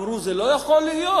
אמרו: זה לא יכול להיות,